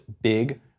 big